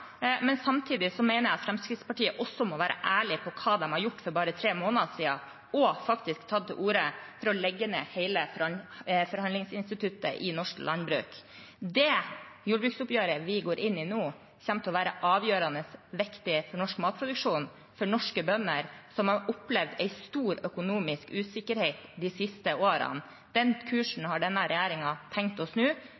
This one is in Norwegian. men samtidig mener jeg at Fremskrittspartiet også må være ærlige på hva de har gjort for bare tre måneder siden, og at de faktisk har tatt til orde for å legge ned hele forhandlingsinstituttet i norsk landbruk. Det jordbruksoppgjøret vi går inn i nå, kommer til å være avgjørende viktig for norsk matproduksjon, for norske bønder som har opplevd en stor økonomisk usikkerhet de siste årene. Den kursen